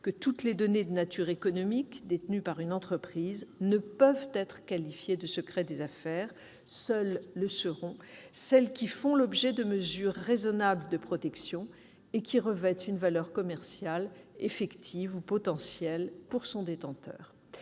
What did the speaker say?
que toutes les données de nature économique détenues par une entreprise ne peuvent être qualifiées de « secret des affaires ». Seules le seront celles qui font l'objet de mesures raisonnables de protection et qui revêtent une valeur commerciale, effective ou potentielle, pour leur détenteur.